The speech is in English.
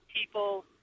people